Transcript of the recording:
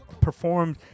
performed